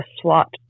SWAT